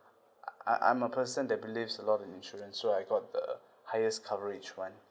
I I'm I'm a person that believes a lot in insurance so I got the highest coverage [one]